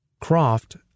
Croft